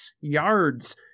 yards